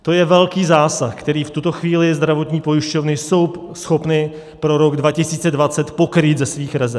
To je velký zásah, který v tuto chvíli zdravotní pojišťovny jsou schopny pro rok 2020 pokrýt ze svých rezerv.